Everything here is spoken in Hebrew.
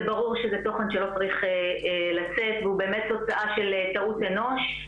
זה ברור שזה תוכן שלא צריך לצאת והוא באמת תוצאה של טעות אנוש,